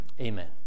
amen